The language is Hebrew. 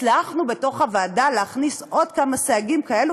הצלחנו בוועדה להכניס עוד כמה סייגים כאלה